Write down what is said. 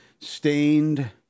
stained